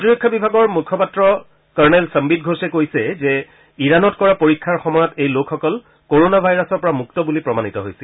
প্ৰতিৰক্ষা বিভাগৰ মুখ্যপাত্ৰ কৰ্ণেল সম্নিত ঘোষে কৈছে যে ইৰাণত কৰা পৰীক্ষাৰ সময়ত এই লোকসকল কৰোণা ভাইৰাছৰ পৰা মুক্ত বুলি প্ৰমাণিত হৈছিল